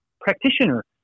practitioner